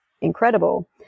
incredible